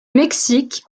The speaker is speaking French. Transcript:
mexique